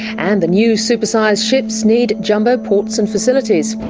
and the new super-sized ships need jumbo ports and facilities.